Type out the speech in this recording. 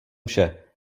vše